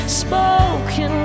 spoken